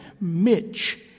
Mitch